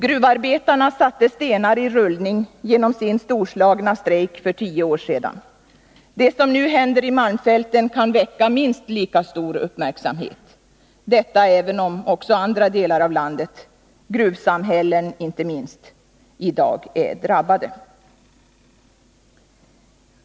Gruvarbetarna satte stenar i rullning genom sin storslagna strejk för tio år sedan. Det som nu händer i malmfälten kan väcka minst lika stor uppmärksamhet — även om också andra delar av landet, gruvsamhällen inte minst, i dag är drabbade.